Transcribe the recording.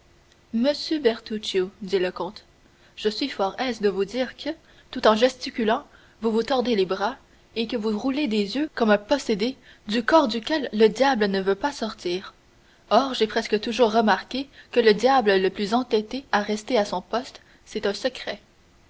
bertuccio dit le comte je suis fort aise de vous dire que tout en gesticulant vous vous tordez les bras et que vous roulez des yeux comme un possédé du corps duquel le diable ne veut pas sortir or j'ai presque toujours remarqué que le diable le plus entêté à rester à son poste c'est un secret